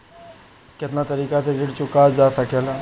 कातना तरीके से ऋण चुका जा सेकला?